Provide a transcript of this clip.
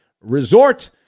resort